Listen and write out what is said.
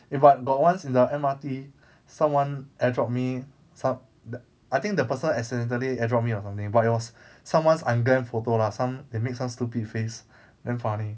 if I got once in the M_R_T someone air dropped me some I think the person accidentally drop me or something but it was someone's I'm grand photo lah some that makes us tubifast and funny